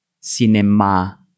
Cinema